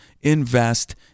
invest